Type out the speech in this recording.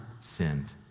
sinned